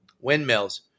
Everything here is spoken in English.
windmills